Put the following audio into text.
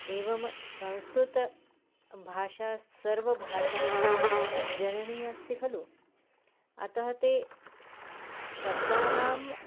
एवं संस्कृतभाषा सर्वभाषाणां जननी अस्ति खलु अतः ते शब्दानां